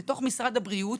בתוך משרד הבריאות,